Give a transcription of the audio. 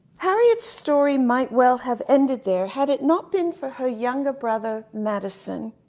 harriet's story might well have ended there had it not been for her younger brother, madison,